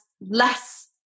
less